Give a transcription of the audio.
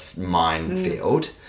minefield